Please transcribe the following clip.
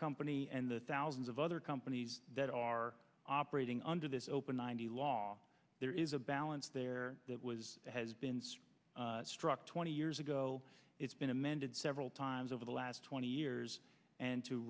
company and the thousands of other companies that are operating under this open ninety law there is a balance there has been struck twenty years ago it's been amended several times over the last twenty years and t